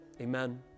Amen